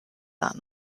that